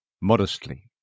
modestly